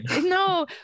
No